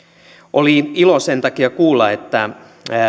oli ilo sen takia kuulla että